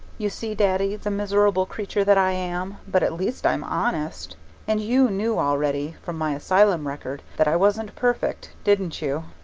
you see, daddy, the miserable creature that i am but at least i'm honest and you knew already, from my asylum record, that i wasn't perfect, didn't you?